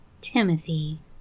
Timothy